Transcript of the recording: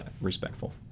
respectful